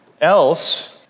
else